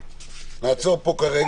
נעצור פה כרגע.